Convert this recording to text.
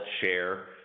share